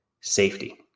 safety